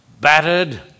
battered